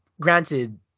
granted